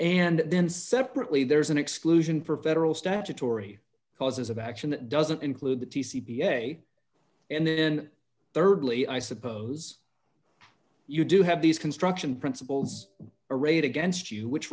and then separately there's an exclusion for federal statutory causes of action that doesn't include the t c b a and then thirdly i suppose you do have these construction principles arrayed against you which